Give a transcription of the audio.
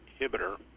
inhibitor